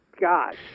God